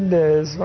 days